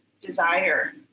desire